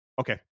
Okay